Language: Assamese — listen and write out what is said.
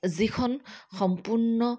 যিখন সম্পূৰ্ণ